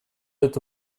это